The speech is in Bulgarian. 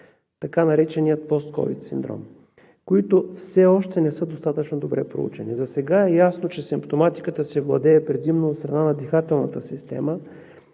така наречения Post-Covid-19 синдром, които все още не са достатъчно добре проучени. Засега е ясно, че симптоматиката се владее предимно от страна на дихателната система,